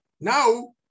now